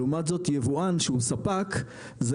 לעומת זאת יבואן שהוא ספק זה